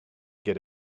get